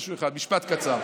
משהו אחד, משפט קצר.